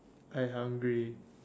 I hungry